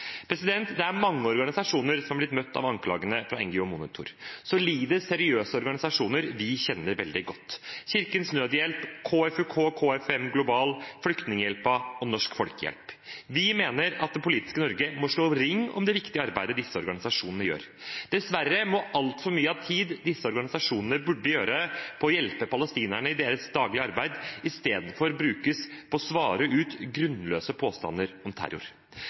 Det er mange organisasjoner som har blitt møtt av anklagene fra NGO Monitor – solide, seriøse organisasjoner vi kjenner veldig godt: Kirkens Nødhjelp, KFUK/KFUM Global, Flyktninghjelpen og Norsk Folkehjelp. Vi mener at det politiske Norge må slå ring om det viktige arbeidet disse organisasjonene gjør. Dessverre må altfor mye av tiden disse organisasjonene burde ha for å hjelpe palestinerne i deres daglige arbeid, istedenfor brukes på å svare ut grunnløse påstander om terror.